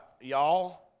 y'all